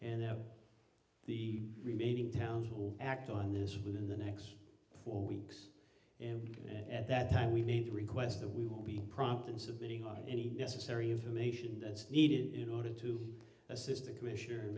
and that the remaining towns will act on this within the next four weeks and and at that time we need to request that we will be prompt in submitting our any necessary information that's needed in order to assist the commissioner